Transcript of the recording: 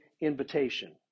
invitation